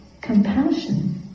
compassion